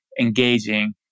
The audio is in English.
engaging